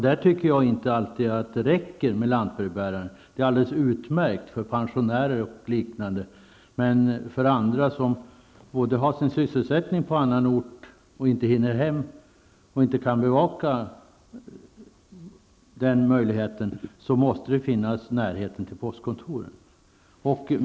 Det räcker inte alltid med lantbrevbärare -- de är alldeles utmärkta för pensionärer och liknande, men för andra, som har sin sysselsättning på annan ort och inte kan bevaka den möjligheten, måste det finnas ett postkontor i närheten.